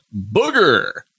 booger